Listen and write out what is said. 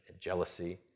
jealousy